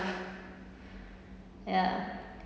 ya